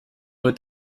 wird